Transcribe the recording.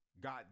God